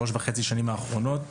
שלוש וחצי השנים האחרונות.